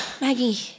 Maggie